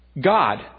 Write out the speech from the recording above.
God